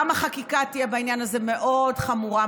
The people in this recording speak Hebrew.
גם החקיקה בעניין הזה תהיה מאוד חמורה,